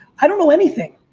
i don't know anything.